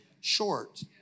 short